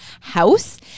house